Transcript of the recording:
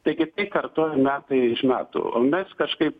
taigi kartoja metai iš metų o mes kažkaip